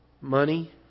money